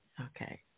Okay